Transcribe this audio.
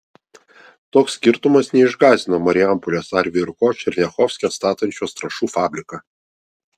toks skirtumas neišgąsdino marijampolės arvi ir ko černiachovske statančios trąšų fabriką